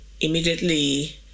immediately